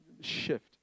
shift